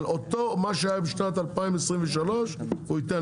אבל מה שהיה בשנת 2023 הוא ייתן